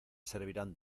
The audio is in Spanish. servirán